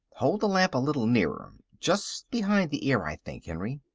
hold the lamp a little nearer just behind the ear, i think, henry.